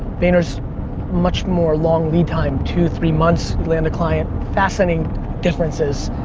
vayner's much more long lead time. two, three months land a client. fascinating differences.